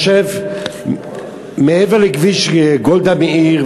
מעבר לכביש גולדה מאיר,